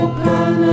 Open